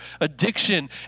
addiction